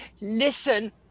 listen